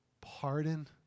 pardon